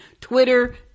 Twitter